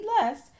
less